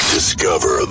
Discover